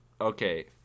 Okay